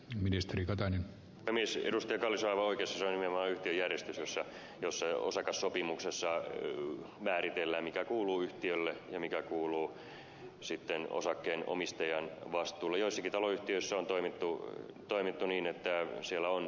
kallis on aivan oikeassa se on nimenomaan yhtiöjärjestys jossa osakassopimuksessa määritellään mikä kuuluu yhtiölle ja mikä kuuluu sitten osakkeenomistajan vastuulle joissakin taloyhtiöissä on toimittu ja toimittu niin että siellä on